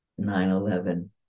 9-11